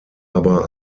aber